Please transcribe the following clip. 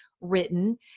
written